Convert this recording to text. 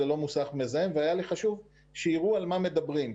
זה לא מוסך מזהם והיה לי חשוב שיראו על מה מדברים.